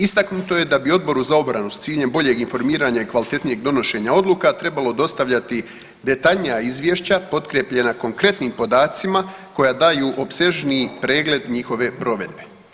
Istaknuto je da bi Odboru za obranu s ciljem boljeg informiranja i kvalitetnije donošenja odluka trebalo dostavljati detaljnija izvješća potkrijepljena konkretnim podacima koja daju opsežniji pregled njihove provedbe.